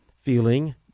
feeling